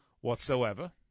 whatsoever